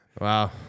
Wow